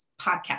podcast